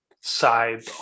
side